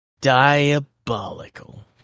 Diabolical